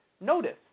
notice